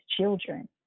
children